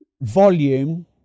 volume